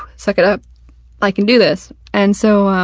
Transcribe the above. suck it up i can do this. and, so, um,